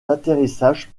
d’atterrissage